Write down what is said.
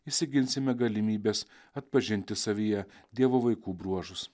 išsiginsime galimybes atpažinti savyje dievo vaikų bruožus